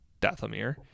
Dathomir